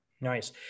Nice